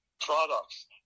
products